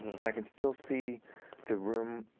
and i can still see the room,